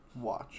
Watch